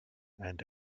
and